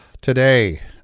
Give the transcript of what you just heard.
Today